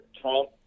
Trump